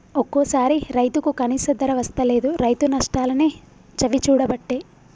ఒక్కోసారి రైతుకు కనీస ధర వస్తలేదు, రైతు నష్టాలనే చవిచూడబట్టే